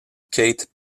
kate